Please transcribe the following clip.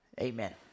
Amen